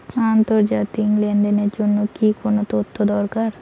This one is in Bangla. আন্তর্জাতিক লেনদেনের জন্য কি কি তথ্য দরকার?